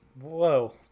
Whoa